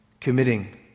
committing